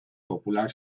popular